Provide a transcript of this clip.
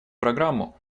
программу